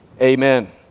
Amen